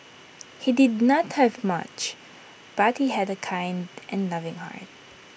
he did not have much but he had A kind and loving heart